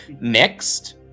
Next